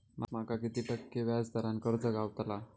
माका किती टक्के व्याज दरान कर्ज गावतला?